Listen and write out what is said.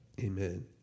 Amen